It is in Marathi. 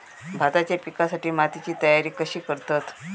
भाताच्या पिकासाठी मातीची तयारी कशी करतत?